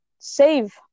save